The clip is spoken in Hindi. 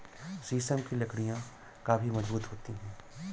शीशम की लकड़ियाँ काफी मजबूत होती हैं